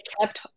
kept